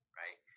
right